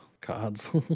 cards